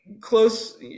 close